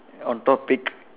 on topic